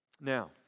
Now